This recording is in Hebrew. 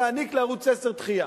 להעניק לערוץ-10 דחייה.